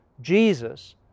Jesus